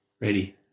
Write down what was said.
Ready